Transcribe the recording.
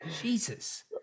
Jesus